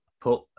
put